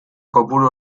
kopuru